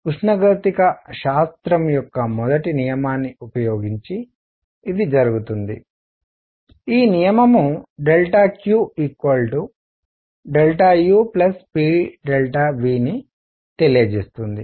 ఉష్ణగతికశాస్త్రం యొక్క మొదటి నియమాన్ని ఉపయోగించి ఇది జరుగుతుంది ఈ నియమంQUpVను తెలియజేస్తుంది